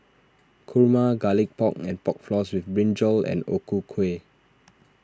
Kurma Garlic Pork and Pork Floss with Brinjal and O Ku Kueh